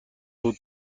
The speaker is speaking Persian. بود